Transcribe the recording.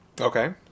Okay